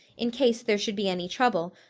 in case there should be any trouble,